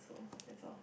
so that's all